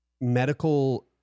medical